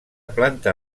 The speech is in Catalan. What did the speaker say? planta